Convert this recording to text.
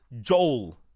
Joel